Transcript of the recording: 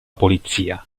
polizia